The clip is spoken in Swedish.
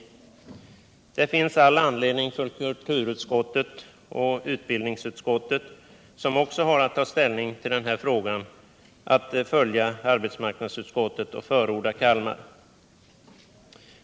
Det finns all anledning för kulturutskottet och utbildningsutskottet, som också har att ta ställning till denna fråga, att följa arbetsmarknadsutskottet och förorda Kalmar.